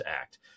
Act